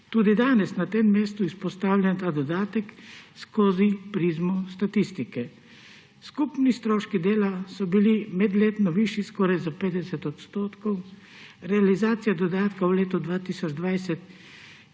Tudi danes je na tem mestu izpostavljen ta dodatek skozi prizmo statistike. Skupni stroški dela so bili medletno višji skoraj za 50 %, realizacija dodatka v letu 2020